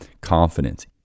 confidence